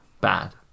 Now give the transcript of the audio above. bad